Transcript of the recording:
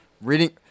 Reading